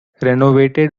renovated